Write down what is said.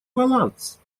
баланс